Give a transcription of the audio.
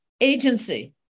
Agency